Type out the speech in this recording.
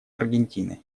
аргентины